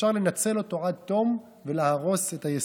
שאפשר לנצל אותו עד תום ולהרוס את היסודות.